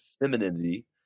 femininity